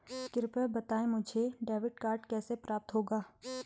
कृपया बताएँ मुझे डेबिट कार्ड कैसे प्राप्त होगा?